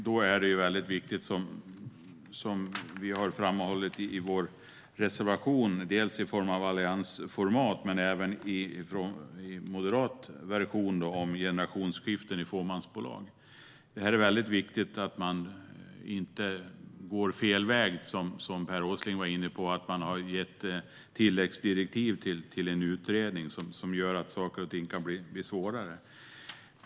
Då är det viktigt, det som vi har framhållit i våra reservationer - dels i alliansformat och dels i moderat version - om generationsskiften i fåmansbolag. Här är det viktigt att man inte går fel väg och till exempel, som Per Åsling var inne på, ger tilläggsdirektiv till en utredning som gör att saker och ting blir svårare.